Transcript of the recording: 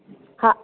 हा